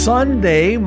Sunday